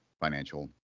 financial